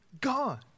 Gone